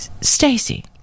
Stacy